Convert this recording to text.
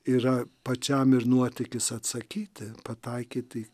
yra pačiam ir nuotykis atsakyti pataikyti